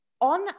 on